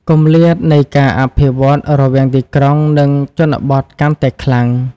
គម្លាតនៃការអភិវឌ្ឍន៍រវាងទីក្រុង និងជនបទកាន់តែខ្លាំង។